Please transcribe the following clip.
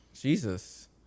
Jesus